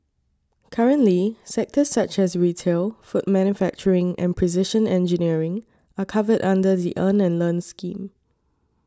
currently sectors such as retail food manufacturing and precision engineering are covered under the Earn and Learn scheme